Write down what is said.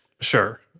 Sure